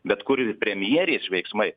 bet kur ir premjerės veiksmai